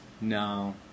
No